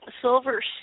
silver